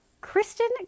Kristen